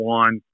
one